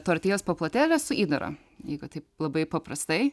tortijos paplotėlis su įdaru jeigu taip labai paprastai